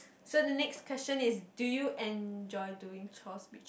so the next question is do you enjoy doing chores which